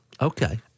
Okay